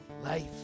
life